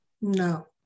No